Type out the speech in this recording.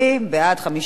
15,